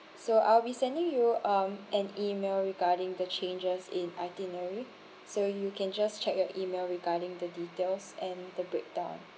so I'll be sending you um an E-mail regarding the changes in itinerary so you can just check your E-mail regarding the details and the breakdown